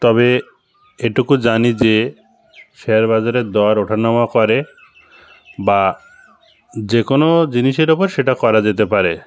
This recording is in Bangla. তবে এটুকু জানি যে শেয়ার বাজারের দর ওঠানামা করে বা যে কোনো জিনিসের ওপর সেটা করা যেতে পারে